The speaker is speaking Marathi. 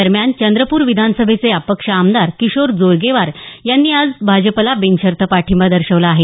दरम्यान चंद्रपूर विधानसभेचे अपक्ष आमदार किशोर जोरगेवार यांनी आज भाजपला बिनशर्त पाठिंबा दर्शवला आहे